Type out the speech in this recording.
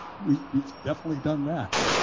we've we've definitely done that.